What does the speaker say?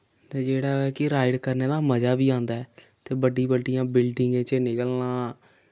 ते जेह्ड़ा कि राइड करने दा मजा बी औंदा ऐ ते बड्डी बड्डियां बिल्डिंगें चा निकलना